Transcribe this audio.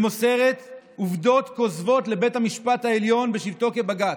ומוסרת עובדות כוזבות לבית המשפט העליון בשבתו כבג"ץ.